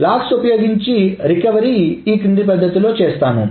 లాగ్లను ఉపయోగించి రికవరీ క్రింది పద్ధతిలో చేస్తాము